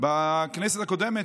בכנסת הקודמת,